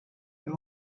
know